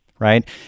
right